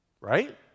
right